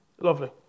Lovely